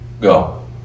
go